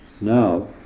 now